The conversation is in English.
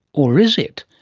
or is it?